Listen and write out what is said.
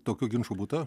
tokių ginčų būta